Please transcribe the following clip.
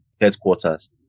headquarters